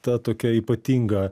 ta tokia ypatinga